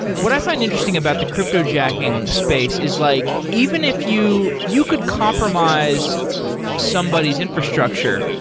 what i find interesting about the cryptojacking space is like even if you you could compromise somebody's infrastructure,